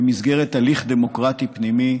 במסגרת הליך דמוקרטי פנימי,